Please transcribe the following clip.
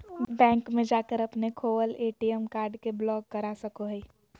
bank में जाकर अपने खोवल ए.टी.एम कार्ड के ब्लॉक करा सको हइ